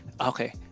Okay